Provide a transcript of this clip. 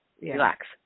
relax